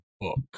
book